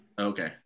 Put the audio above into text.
okay